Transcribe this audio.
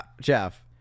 Jeff